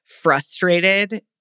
frustrated